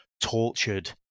tortured